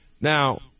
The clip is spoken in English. Now